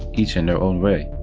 each in their own way.